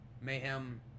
Mayhem